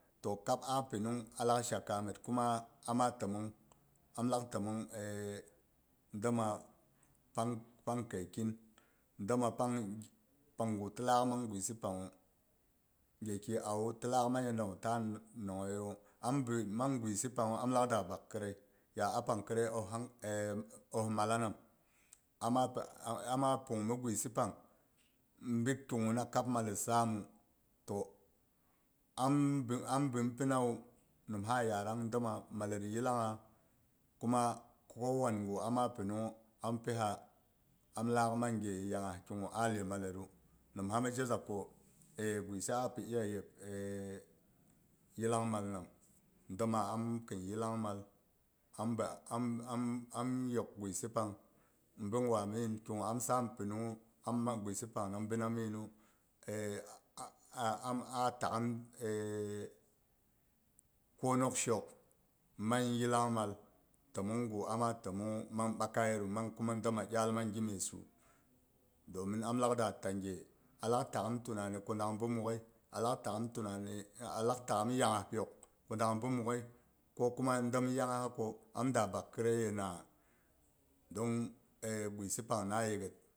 To kap a pimung alak sha kammit kuma am lak timmong domma pang pang kai kin, domma pang pangu tilak mang guisi panghu ge ki awu ti laak mang yadaguta a nongyeyu ammang guisi pang am lak da bak khirai, ya a pang khirai ohs malla ham amma pi, pung mi guisi pang bi kiguna kab mal let a sam mu. To am, am bin pinawu nimha yarang domma mallet yillangha kuma ko wan gu amma pinung am pihiam lak mang ge yaghas kigu a limalle ddu. nimha mi je za ko aci guisi a fi iya yep yillang mal nam. domma an khin yillangmal am am yok guisi pang bi gwa min ki gu am san pinung hu am mang guisi pang bina minu aei am a a takhim konok shok man yillangmal, timmong gu amma tommong hu mang bakayetdu mang kuma domma iyal mang gi messu, domin am lak da ta ge alak takhum tunani ku dangbi mwoghai alak takhim tunani alak takhim yaaspok ku dang bi mwoghai ko kuma dom yassa ko am da bak khirai ye na? Don guisi pang na ye ghet.